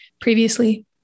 previously